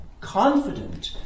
confident